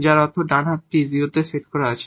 যার অর্থ ডান হাতটি 0 এ সেট করা আছে